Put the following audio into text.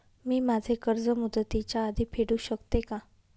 मी माझे कर्ज मुदतीच्या आधी फेडू शकते का?